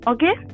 Okay